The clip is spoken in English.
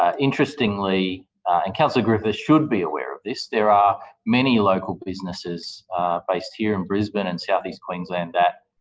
ah interestingly and councillor griffiths should be aware of this there are many local businesses based here in brisbane and south east queensland that